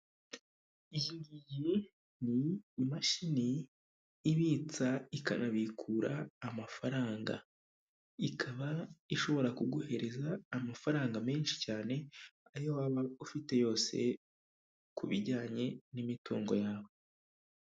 Iyi ni imashini ibitsa ikanabikura amafaranga ikaba ishobora ku kuguhereza amafaranga menshi cyane ,ayo waba ufite yose ku bijyanye n'imitungo yawe.